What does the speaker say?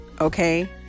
Okay